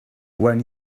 when